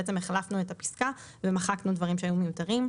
בעצם החלפנו את הפסקה ומחקנו דברים שהיו מיותרים.